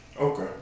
Okay